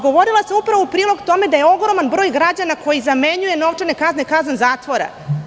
Govorila sam upravo u prilog tome da je ogroman broj građana koji zamenjuje novčane kazne kaznom zatvora.